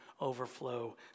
overflow